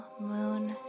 moon